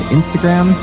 Instagram